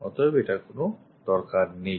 অতএব এটার দরকার নেই